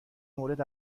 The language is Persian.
مورد